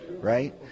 right